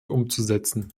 umzusetzen